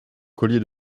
collier